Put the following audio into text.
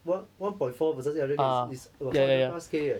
one one point four versus eight hundred K is is about five hundred plus K eh